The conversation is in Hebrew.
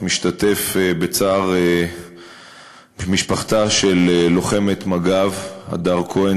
משתתף בצער משפחתה של לוחמת מג"ב הדר כהן,